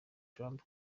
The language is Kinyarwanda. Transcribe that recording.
trump